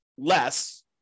less